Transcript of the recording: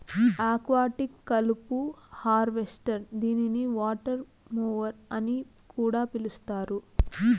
aquatic కలుపు harvester దీనిని water mower అని కూడా పిలుస్తారు